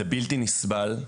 זה בלתי נסבל,